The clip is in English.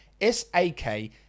S-A-K